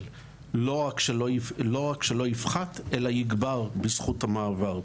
לא רק שלא יפחת אלא יגבר בזכות המעבר.